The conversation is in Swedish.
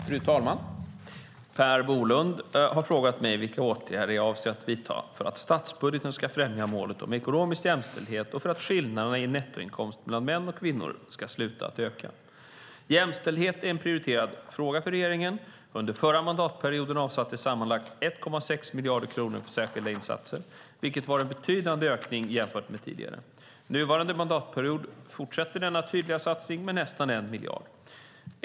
Fru talman! Per Bolund har frågat mig vilka åtgärder jag avser att vidta för att statsbudgeten ska främja målet om ekonomisk jämställdhet och för att skillnaderna i nettoinkomst mellan män och kvinnor ska sluta att öka. Jämställdhet är en prioriterad fråga för regeringen. Under förra mandatperioden avsattes sammanlagt 1,6 miljarder kronor för särskilda insatser, vilket var en betydande ökning jämfört med tidigare. Nuvarande mandatperiod fortsätter denna tydliga satsning med nästan 1 miljard kronor.